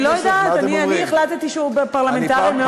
אני לא יודעת, אני החלטתי שהוא פרלמנטרי מאוד.